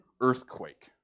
earthquake